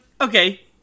Okay